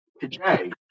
today